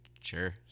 Sure